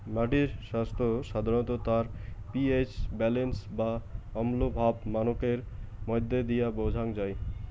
মাটির স্বাইস্থ্য সাধারণত তার পি.এইচ ব্যালেন্স বা অম্লভাব মানকের মইধ্য দিয়া বোঝাং যাই